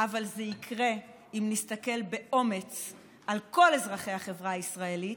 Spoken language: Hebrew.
אבל זה יקרה אם נסתכל באומץ על כל אזרחי החברה הישראלית